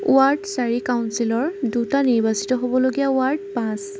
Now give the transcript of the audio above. ward চাৰি কাউঞ্চিলৰ দুটা নিৰ্বাচিত হ'বলগীয়া ৱাৰ্ড পাঁচ